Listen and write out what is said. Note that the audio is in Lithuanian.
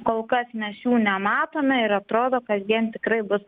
kol kas mes jų nematome ir atrodo kasdien tikrai bus